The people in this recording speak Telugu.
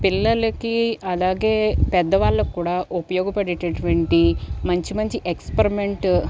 పిల్లలకి అలాగే పెద్ద వాళ్ళకు కూడా ఉపయోగపడేటటువంటి మంచి మంచి ఎక్స్పెరిమెంటు